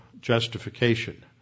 justification